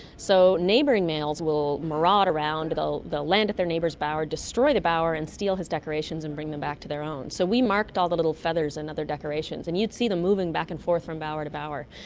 so neighbouring males will maraud around, they'll land at their neighbour's bower, destroy the bower and steal his decorations and bring them back to their own. so we marked all the little feathers and other decorations, and you'd see them moving back and forth from bower to bower.